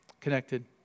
connected